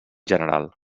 general